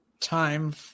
time